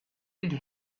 did